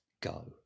go